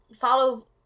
follow